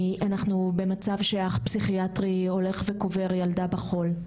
אנחנו במצב שאח פסיכיאטרי הולך וקובר ילדה בחול.